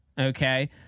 Okay